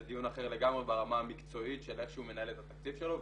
זה דיון אחר לגמרי ברמה המקצועית של איך שהוא מנהל את התקציב שלו.